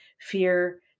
fear